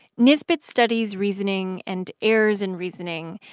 nisbett studies reasoning and errors in reasoning.